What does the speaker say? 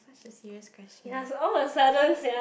such a serious question right